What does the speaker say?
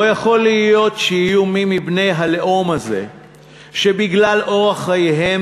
לא יכול להיות שיהיו מי מבני הלאום הזה שבגלל אורח חייהם